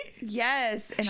yes